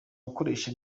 gukoresha